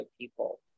people